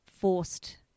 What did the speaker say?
forced